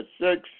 six